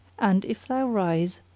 and, if thou rise,